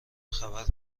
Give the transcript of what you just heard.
خبر